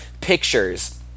pictures